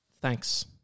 Thanks